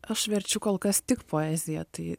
aš verčiu kol kas tik poeziją tai